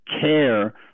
care